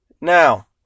Now